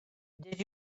did